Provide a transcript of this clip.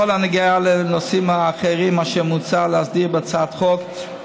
בכל הנוגע לנושאים האחרים אשר מוצע להסדיר בהצעת החוק,